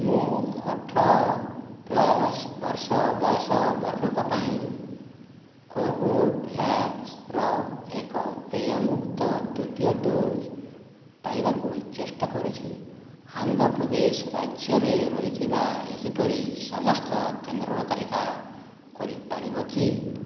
ମୁଁ ଅଠର ପ୍ଲସ୍ ବର୍ଷ ବୟସ ବର୍ଗଙ୍କ ପାଇଁ କୋଭୋଭ୍ୟାକ୍ସର ଏକ ଦେୟମୁକ୍ତ ଦ୍ୱିତୀୟ ଡୋଜ୍ ପାଇବାକୁ ଚେଷ୍ଟା କରୁଛି ଆନ୍ଧ୍ରପ୍ରଦେଶ ରାଜ୍ୟରେ ରହିଥିବା ଏହିପରି ସମସ୍ତ କେନ୍ଦ୍ରର ତାଲିକା କରିପାରିବ କି